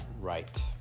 right